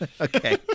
Okay